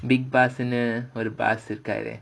bigg boss னு ஒரு:nu oru boss இருக்காரே:irukkaarae